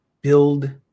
build